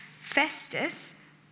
Festus